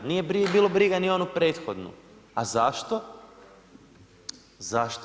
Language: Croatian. Nije bilo briga ni onu prethodnu, a zašto?